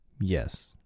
yes